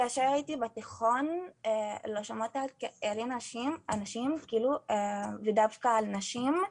כאשר הייתי בתיכון לא שמעתי על כאלה אנשים ודווקא על נשים,